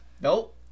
Nope